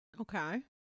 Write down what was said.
okay